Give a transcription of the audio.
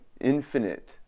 infinite